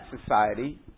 society